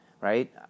right